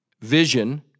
Vision